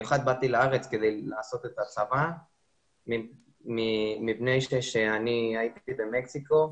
במיוחד באתי לארץ כדי לשרת בצבא מפני שאני הייתי במקסיקו,